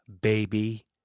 baby